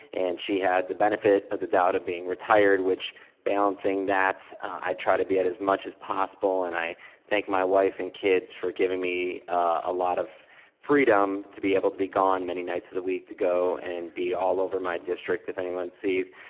and she had the benefit of the doubt of being retired, which balancing that, i try to be at as much as possible and i thank my wife and kids for giving me a lot of freedom to be able to be gone many nights of the week to go and be all over my district, if anyone sees,